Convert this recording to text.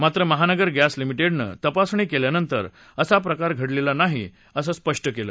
मात्र महानगर गस्तिलिमिटेडनं तपासणी केल्यानंतर असा प्रकार घडलेला नाही असं स्पष्ट केलं